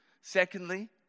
Secondly